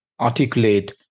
articulate